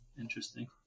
interesting